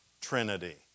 trinity